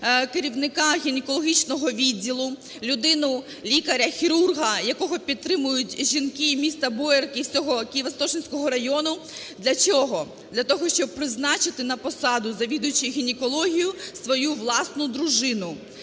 керівника гінекологічного відділу, людину, лікаря-хірурга, якого підтримують жінки міста Боярки і всього Києво-Святошинського району. Для чого? Для того, щоб призначити на посаду завідуючого гінекологією свою власну дружину,